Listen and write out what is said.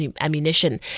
ammunition